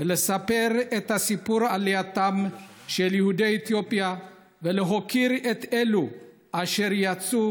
לספר את סיפור עלייתם של יהודי אתיופיה ולהוקיר את אלו אשר יצאו